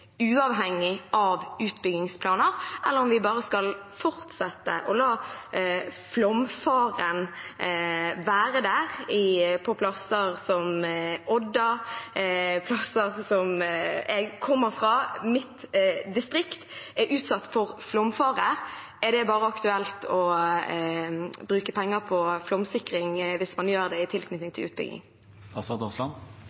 uavhengig av utbyggingsplaner, eller om vi bare skal fortsette å la flomfaren være der på plasser som Odda og der jeg kommer fra. Mitt distrikt er utsatt for flomfare. Er det bare aktuelt å bruke penger på flomsikring hvis man gjør det i tilknytning